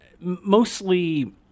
mostly